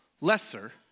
lesser